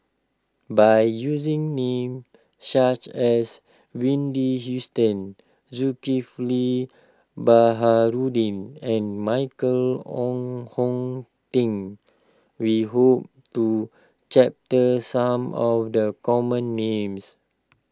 by using names such as Wendy Hustton Zulkifli Baharudin and Michael Wong Hong Teng we hope to chapter some of the common names